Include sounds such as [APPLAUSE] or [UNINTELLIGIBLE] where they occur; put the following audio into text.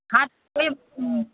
[UNINTELLIGIBLE]